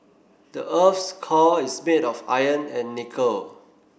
the earth's core is made of iron and nickel